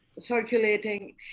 circulating